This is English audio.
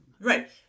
Right